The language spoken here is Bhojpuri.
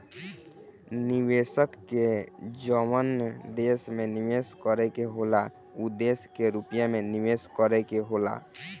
निवेशक के जवन देश में निवेस करे के होला उ देश के रुपिया मे निवेस करे के होला